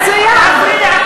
אז תביאו.